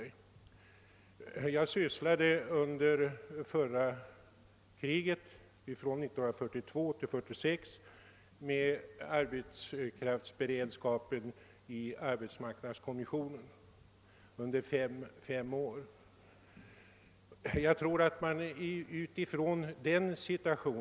Under andra världskriget sysslade jag i fem år, från 1942 till och med 1946, i arbetsmarknadskommissionen med frågor rörande arbetskraftsberedskapen.